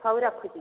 ହଉ ରଖୁଛି